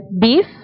beef